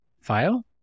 file